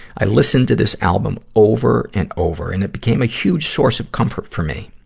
i listened to this album over and over, and it became a huge source of comfort for me.